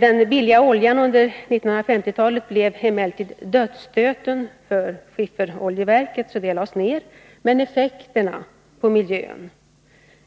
Den billiga oljan under 1950-talet blev emellertid dödsstöten för skifferoljeverket, varför detta lades ned. Men effekterna på miljön